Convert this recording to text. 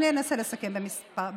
במיוחד מסיעת יש עתיד,